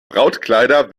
brautkleider